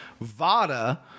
Vada